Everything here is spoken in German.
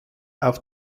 auf